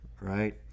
right